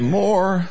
more